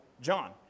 John